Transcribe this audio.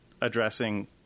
addressing